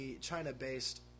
China-based